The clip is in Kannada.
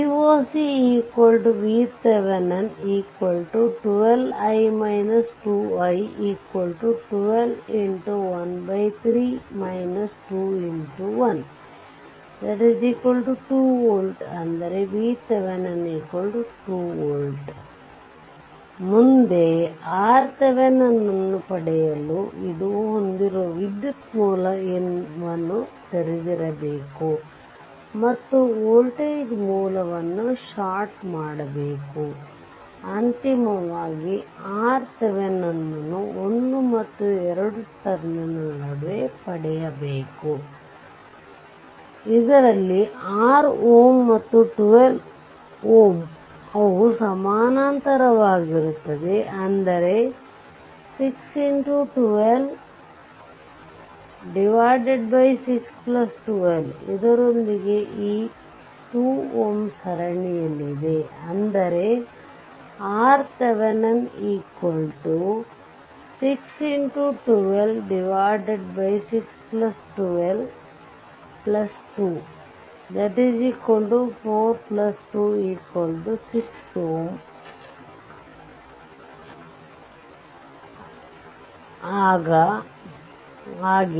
Voc VThevenin 12 i1 2 i2 12x13 2x1 2 volt ಅಂದರೆ VThevenin 2 volt ಮುಂದೆ RThevenin ಅನ್ನು ಪಡೆಯಲು ಇದು ಹೊಂದಿರುವ ವಿದ್ಯುತ್ ಮೂಲ ವನ್ನು ತೆರೆದಿರಬೇಕು ಮತ್ತು ವೋಲ್ಟೇಜ್ ಮೂಲವನ್ನು ಷಾರ್ಟ್ ಮಾಡಬೇಕು ಅಂತಿಮವಾಗಿ RThevenin ಅನ್ನು 1 ಮತ್ತು 2 ಟರ್ಮಿನಲ್ ನಡುವೆ ಪಡೆಯಬೇಕು ಇದರಲ್ಲಿ 6 Ω ಮತ್ತು 12 Ω ಅವು ಸಮಾನಾಂತರವಾಗಿರುತ್ತವೆ ಅಂದರೆ 6 x 12 6 12 ಇದರೊಂದಿಗೆ ಈ 2Ω ಸರಣಿಯಲ್ಲಿದೆ ಅಂದರೆ RThevenin6 x 12 6 122 426 Ω ಆಗಿದೆ